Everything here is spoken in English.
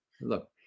look